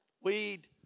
weed